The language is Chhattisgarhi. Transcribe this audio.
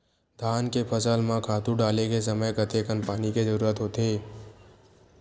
धान के फसल म खातु डाले के समय कतेकन पानी के जरूरत होथे?